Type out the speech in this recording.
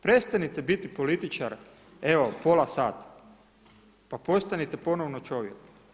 Prestanite biti političar, evo pola sata, pa postanite ponovno čovjek.